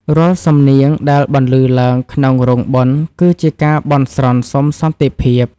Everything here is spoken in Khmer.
រាល់សំនៀងដែលបន្លឺឡើងក្នុងរោងបុណ្យ គឺជាការបន់ស្រន់សុំសន្តិភាព។